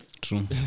True